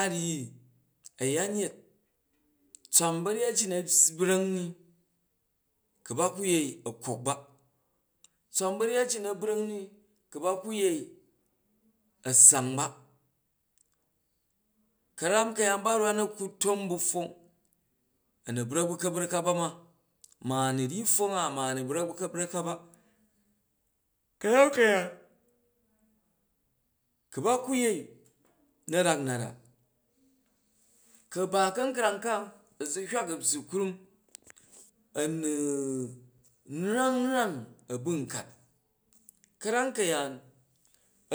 A rryi a̱yanyet tswam ba̱ryyat ji na bra̱ng ni ku ba ku yei a̱ kok ba tsiram ba̱yyat ji na bra̱ng ni ku ba ku yei a̱ ssang ba, ka̱ram ka̱yaan ba rwan a̱ ku tom bu pfong a̱ m brak bu̱ ka̱brak ka ba ma, ma a̱ nu ryyi pfonga ma a̱ nu brak ba̱ ka̱brak ka ba. Ka̱zam kayaan ku ba ku̱yei na rak nat a, ka̱ram ka̱yaan ku a ba ka̱nkrang ka a̱zuhywak a̱ byyi krum a̱ nu nrang u̱ mrang a̱ bu̱nkat ka̱ram ka̱yaan